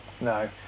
no